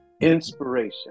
inspiration